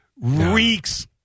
reeks